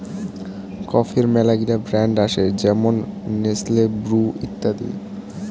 কফির মেলাগিলা ব্র্যান্ড আসে যেমন নেসলে, ব্রু ইত্যাদি